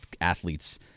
athletes